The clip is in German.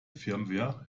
firmware